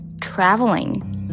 traveling